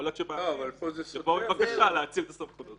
יכול להיות שבעתיד תהיה בקשה להאציל את הסמכות.